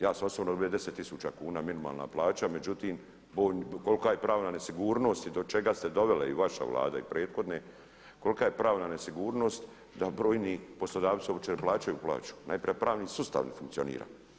Ja sam osobno … 10 tisuća kuna, minimalna plaća, međutim kolika je pravna nesigurnost i do čega se dovela i vaša Vlada i prethodne, kolika je pravna nesigurnost da brojni poslodavci uopće ne uplaćuju plaću, najprije pravni sustav ne funkcionira.